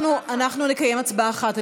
אנחנו נקיים הצבעה אחת.